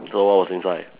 so what was inside